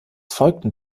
folgten